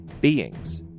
beings